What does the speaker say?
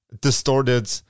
distorted